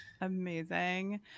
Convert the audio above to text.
Amazing